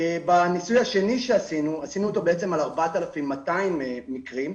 את הניסוי השני עשינו על 4,200 מקרים,